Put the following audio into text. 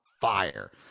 fire